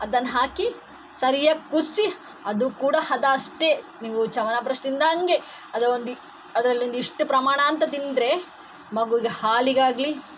ಅದನ್ನು ಹಾಕಿ ಸರಿಯಾಗಿ ಕುದಿಸಿ ಅದು ಕೂಡ ಹದ ಅಷ್ಟೇ ನೀವು ಚವನಪ್ರಶ್ ತಿಂದಂತೆ ಅದು ಒಂದು ಅದ್ರಲ್ಲೊಂದು ಇಷ್ಟು ಪ್ರಮಾಣ ಅಂತ ತಿಂದರೆ ಮಗೂಗೆ ಹಾಲಿಗಾಗಲಿ